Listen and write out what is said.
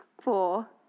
four